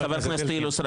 חבר הכנסת אילוז,